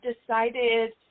decided